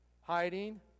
Hiding